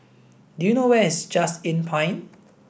do you know where is Just Inn Pine